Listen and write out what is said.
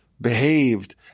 behaved